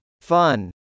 Fun